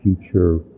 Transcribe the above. future